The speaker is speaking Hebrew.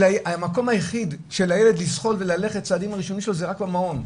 שהמקום היחיד של הילד לזחול וללכת צעדים הראשונים שלו זה רק במעון.